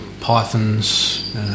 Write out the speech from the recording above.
pythons